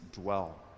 dwell